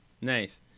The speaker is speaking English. Nice